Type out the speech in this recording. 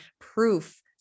proof